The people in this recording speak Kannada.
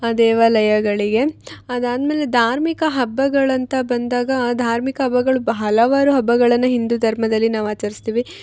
ಆ ದೇವಾಲಯಗಳಿಗೆ ಅದಾದ್ಮೇಲೆ ಧಾರ್ಮಿಕ ಹಬ್ಬಗಳಂತ ಬಂದಾಗ ಆ ಧಾರ್ಮಿಕ ಹಬ್ಬಗಳು ಬ್ ಹಲವಾರು ಹಬ್ಬಗಳನ್ನ ಹಿಂದೂ ಧರ್ಮದಲ್ಲಿ ನಾವು ಆಚರ್ಸ್ತೀವಿ